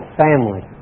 family